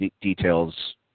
details